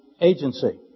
agency